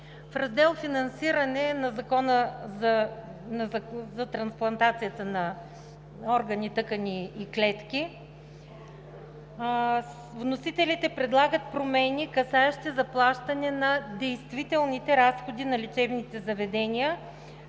В Раздел „Финансиране“ на Закона за трансплантацията на органи, тъкани и клетки вносителите предлагат промени, касаещи заплащане на действителните разходи на лечебните заведения,